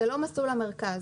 זה לא מסלול למרכז.